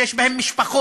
שיש בהם משפחות,